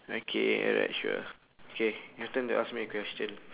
okay alright sure okay your turn to ask me a question